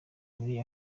muri